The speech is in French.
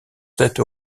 tête